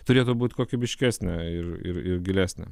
turėtų būt kokybiškesnė ir ir ir gilesnė